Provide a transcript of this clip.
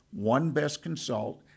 onebestconsult